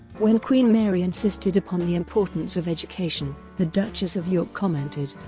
when queen mary insisted upon the importance of education, the duchess of york commented,